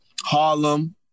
Harlem